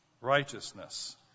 Righteousness